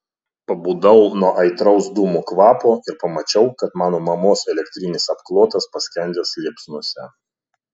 pabudau nuo aitraus dūmų kvapo ir pamačiau kad mano mamos elektrinis apklotas paskendęs liepsnose